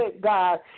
God